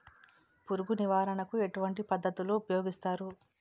పురుగు నివారణ కు ఎటువంటి పద్ధతులు ఊపయోగిస్తారు?